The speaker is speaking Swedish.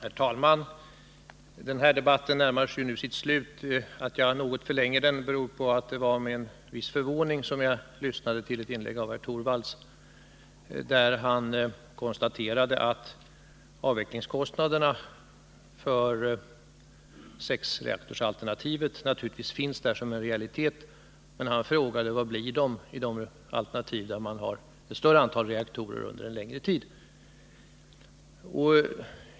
Herr talman! Den här debatten närmar sig nu sitt slut. Att jag något förlänger den beror på att det var med viss förvåning som jag lyssnade till ett inlägg av herr Torwald, där han konstaterade att avvecklingskostnaderna för sexreaktorsalternativet naturligtvis finns där som en realitet men också frågade vad kostnaderna blir i ett alternativ där man har ett större antal reaktorer i drift under en längre tid.